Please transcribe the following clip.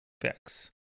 fix